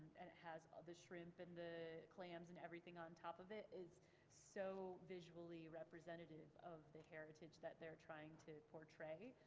and it has the shrimp and the clams and everything on top of it, is so visually representative of the heritage that they're trying to portray,